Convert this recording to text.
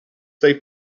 they